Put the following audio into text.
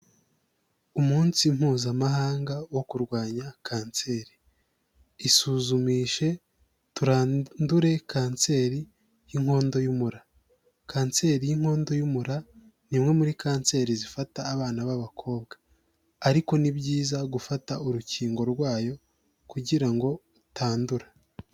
Umunsi mpuzamahanga wo kurwanya kanseri, isuzumishe turandure kanseri y'inkondo y'umura, kanseri y'inkondo y'umura ni imwe muri kanseri zifata abana b'abakobwa, ariko ni byiza gufata urukingo rwayo kugirango utandura.